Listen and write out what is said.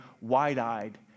wide-eyed